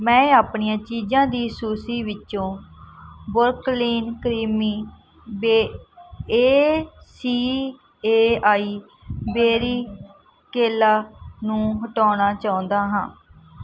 ਮੈਂ ਆਪਣੀਆਂ ਚੀਜ਼ਾਂ ਦੀ ਸੂਚੀ ਵਿੱਚੋਂ Brooklyn creamery A C A I berry ਕੇਲਾ ਨੂੰ ਹਟਾਉਣਾ ਚਾਹੁੰਦਾ ਹਾਂ